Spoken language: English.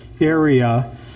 Area